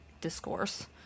discourse